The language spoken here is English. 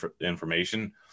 information